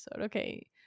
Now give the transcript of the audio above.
okay